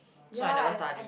so I never study